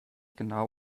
genau